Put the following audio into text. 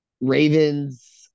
Ravens